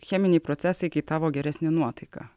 cheminiai procesai kai tavo geresnė nuotaika